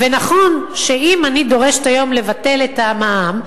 ונכון שאם אני דורשת היום לבטל את המע"מ,